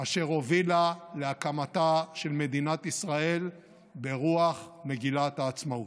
אשר הובילה להקמתה של מדינת ישראל ברוח מגילת העצמאות.